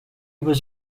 was